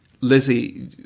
lizzie